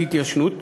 התיישנות